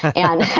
and